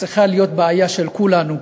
זו צריכה להיות בעיה של כולנו.